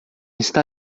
está